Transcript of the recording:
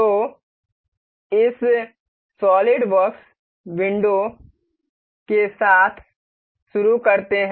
तो हम इस सॉलिडवर्क्स विंडो के साथ शुरू करते हैं